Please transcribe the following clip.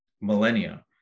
millennia